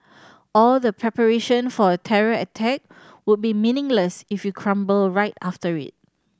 all the preparation for a terror attack would be meaningless if you crumble right after it